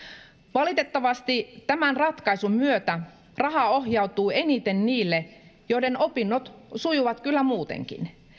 valitettavasti tämän ratkaisun myötä rahaa ohjautuu eniten niille joiden opinnot sujuvat kyllä muutenkin